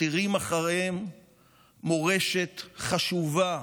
מותירים אחריהם מורשת חשובה,